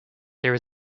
there